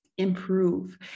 improve